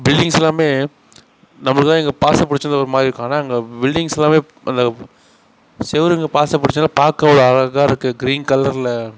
buildings எல்லாமே நம்மளுக்கு தான் இங்கே பாசி பிடிச்சது ஒரு மாதிரிருக்கும் ஆனால் அங்கே பில்டிங்ஸ் எல்லாமே அந்த செவருங்க பாசி புடிச்சொடனே பார்க்க ஒரு அழகாகருக்கு கிரீன் கலரில்